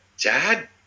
dad